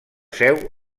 seu